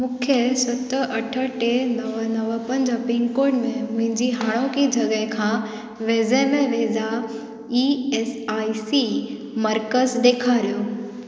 मूंखे सत अठ टे नव नव पंज पिनकोड में मुंहिंजी हाणोकी जॻहि खां वेझे में वेझा ई एस आई सी मर्कज़ु ॾेखारियो